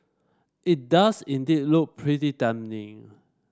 it does indeed look pretty damning